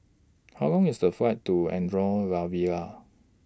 How Long IS The Flight to Andorra La Vella